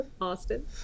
Austin